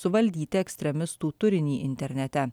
suvaldyti ekstremistų turinį internete